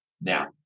Now